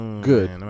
Good